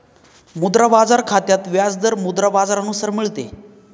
मुद्रा बाजार खात्यात व्याज दर मुद्रा बाजारानुसार मिळते